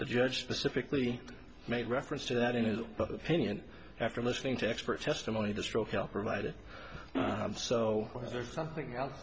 the judge specifically made reference to that in his opinion after listening to expert testimony the stroke i'll provide it so was there something else